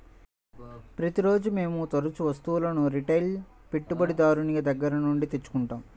ప్రతిరోజూ మేము తరుచూ వస్తువులను రిటైల్ పెట్టుబడిదారుని దగ్గర నుండి తెచ్చుకుంటాం